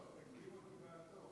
אדוני היושב-ראש, חבריי חברי הכנסת,